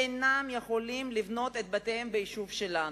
אינם יכולים לבנות את בתיהם ביישוב שלנו,